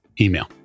email